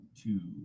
two